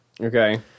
Okay